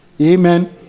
Amen